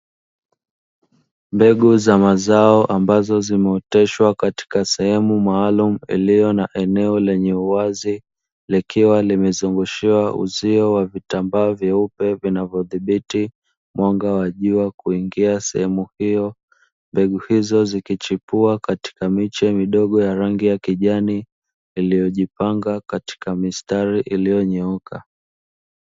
Mbegu za mazao ambazo zimeoteshwa katika sehemu maalumu ilio na eneo lenye uwazi likiwa limezungushiwa uzio wa vitambaa vyeupe vinavyodhibiti mwanga wa jua kuingia sehemu hiyo, mbegu hizo zikichipua katika miche midogo ya rangi ya kijani iliyojipanga katika mistari iliyonyooka.